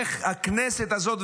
איך הכנסת הזאת,